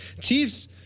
Chiefs